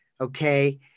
okay